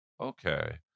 Okay